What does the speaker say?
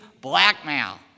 blackmail